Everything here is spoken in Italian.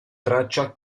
traccia